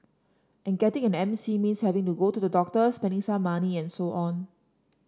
and getting an M C means having to go to the doctor spending some money and so on